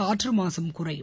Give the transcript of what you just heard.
காற்று மாசும் குறையும்